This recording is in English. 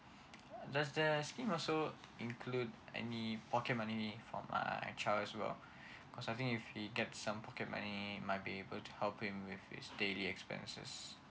does the scheme also include any pocket money for my child as well cause I think if he gets some pocket money might be able to help him with his daily expenses